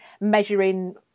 measuring